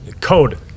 code